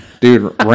Dude